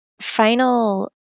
final